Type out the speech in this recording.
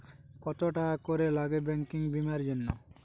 কত টাকা করে লাগে ব্যাঙ্কিং বিমার জন্য?